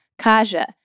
Kaja